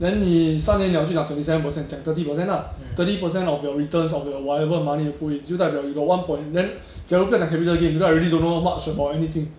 then the 三年 liao 就拿 thirty seven percent 讲 thirty percent lah thirty percent of your returns of your whatever money you put in 就代表 you got one point then 假如不要讲 capital gain cause I really don't know much about anything